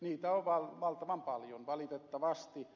niitä on valtavan paljon valitettavasti